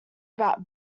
about